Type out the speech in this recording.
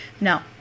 No